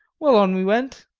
well, on we went,